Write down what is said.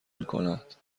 میکند